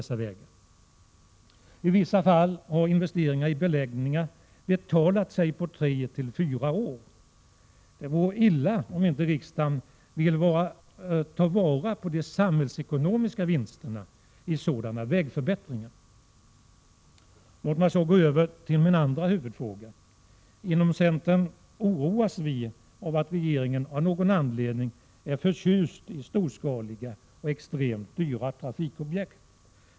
I vissa fall har investeringen i beläggningar betalat sig på tre-fyra år. Det vore illa om riksdagen inte vill ta vara på de samhällsekonomiska vinsterna i sådana vägförbättringar. Jag yrkar bifall till reservation 7. Låt mig så gå över till min andra huvudfråga. Inom centern oroas vi av att regeringen av någon anledning är förtjust i storskaliga och extremt dyra trafikobjekt.